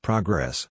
Progress